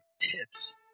tips